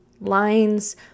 lines